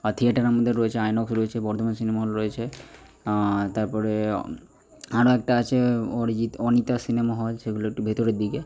আর theatre আমাদের রয়েছে আইনক্স রয়েছে বর্ধমান সিনেমা হল রয়েছে তারপরে আরও একটা আছে অরিজিৎ অনিতা সিনেমা হল সেগুলো একটু ভেতরের দিকে